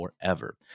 forever